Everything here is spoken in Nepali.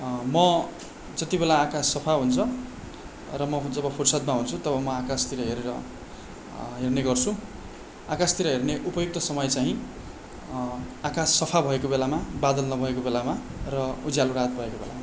म जतिबेला आकाश सफा हुन्छ र म जब फुर्सदमा हुन्छु तब म आकाशतिर हेरेर हेर्ने गर्छु आकाशतिर हेर्ने उपयुक्त समय चाहिँ आकाश सफा भएको बेलामा बादल नभएको बेलामा र उज्यालो रात भएको बेलामा